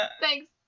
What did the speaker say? Thanks